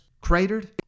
cratered